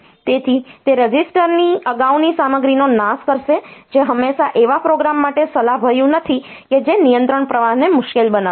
તેથી તે રજિસ્ટરની અગાઉની સામગ્રીનો નાશ કરશે જે હંમેશા એવા પ્રોગ્રામ માટે સલાહભર્યું નથી કે જે નિયંત્રણ પ્રવાહને મુશ્કેલ બનાવશે